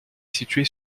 située